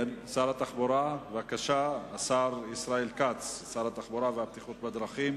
שר התחבורה והבטיחות בדרכים